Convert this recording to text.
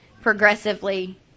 progressively